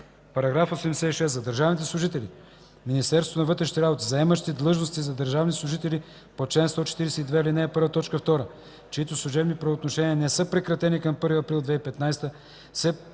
г. § 86. За държавните служители в Министерството на вътрешните работи, заемащи длъжности за държавни служители по чл. 142, ал. 1, т. 2, чиито служебни правоотношения не са прекратени към 1 април 2015 г., се прилагат